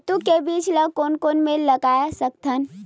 कददू के बीज ला कोन कोन मेर लगय सकथन?